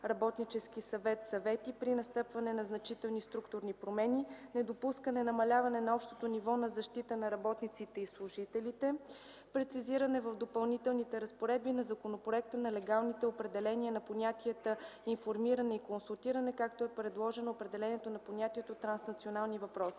работнически съвет(и) при настъпване на значителни структурни промени; - недопускане намаляване на общото ниво на защита на работниците и служителите; - прецизиране в Допълнителните разпоредби на законопроекта на легалните определения на понятията „информиране” и „консултиране”, както е предложено определение на понятието „транснационални въпроси”.